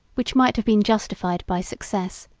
which might have been justified by success,